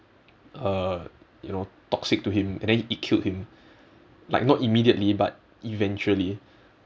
uh you know toxic to him and then it killed him like not immediately but eventually